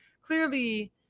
clearly